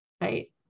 right